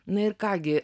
na ir ką gi